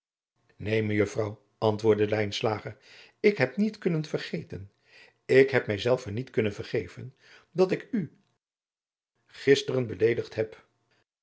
neen mejuffrouw antwoordde lijnslager ik heb niet kunnen vergeten ik heb mij zelven niet kunnen vergeven dat ik u gisteren beleedigd heb